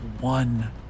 one